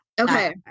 okay